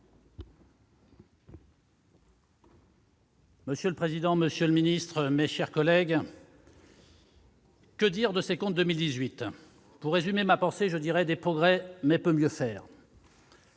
Monsieur le président, monsieur le ministre, mes chers collègues, que dire de ces comptes de 2018 ? Je résumerai ma pensée en ces termes :« Des progrès, mais peut mieux faire